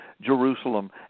Jerusalem